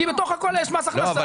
כי בתוך הקולה יש מס הכנסה ויש מע"מ.